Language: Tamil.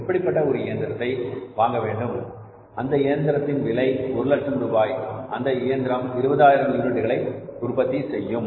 அப்படிப்பட்ட ஒரு இயந்திரத்தை வாங்கவேண்டும் அந்த இயந்திரத்தின் விலை ஒரு லட்சம் ரூபாய் அந்த இயந்திரம் 20000 யூனிட்களை உற்பத்தி செய்யும்